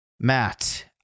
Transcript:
Matt